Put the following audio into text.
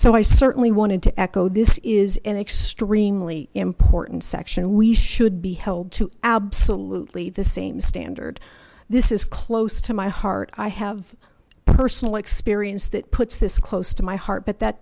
so i certainly wanted to echo this is an extremely important section we should be held to absolutely the same standard this is close to my heart i have personal experience that puts this close to my heart but that